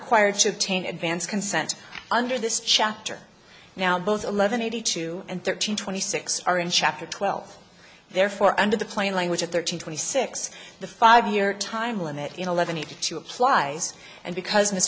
required to obtain advance consent under this chapter now both eleven eighty two and thirteen twenty six are in chapter twelve therefore under the plain language of thirteen twenty six the five year time limit eleven need to apply and because